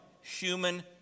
human